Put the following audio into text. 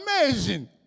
Amazing